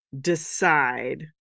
decide